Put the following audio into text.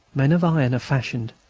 men of iron are fashioned,